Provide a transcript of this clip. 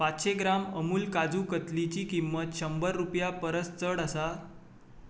पांचशीं ग्राम अमूल काजू कत्लिची किंमत किंमत शंबर रुपयां परस चड आसा